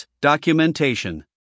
Documentation